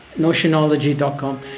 notionology.com